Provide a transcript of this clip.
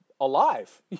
alive